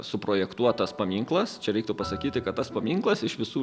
suprojektuotas paminklas čia reiktų pasakyti kad tas paminklas iš visų